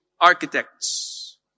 architects